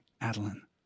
Adeline